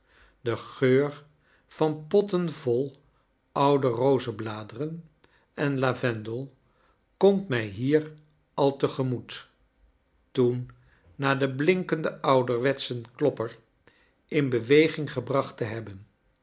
de geur van potten vol oude rozenbladeren en lavendel komt mij hier al te gemoet toen na den blmkenden ouderwetschen klopper in beweging gebracht te hebben